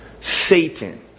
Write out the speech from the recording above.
Satan